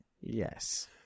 Yes